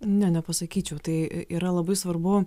ne nepasakyčiau tai yra labai svarbu